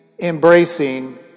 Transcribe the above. embracing